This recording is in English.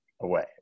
away